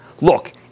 Look